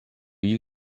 you